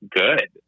good